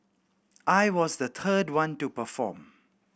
I was the third one to perform